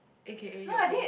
a_k_a your home